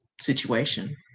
situation